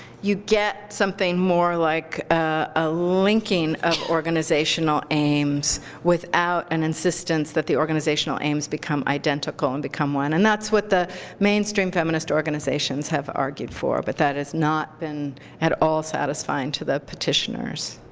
you get something more like a linking of organizational aims without an insistence that the organizational aims become identical and become one. and that's what the mainstream feminist organizations have argued for. but that not been at all satisfying to the petitioners.